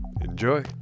Enjoy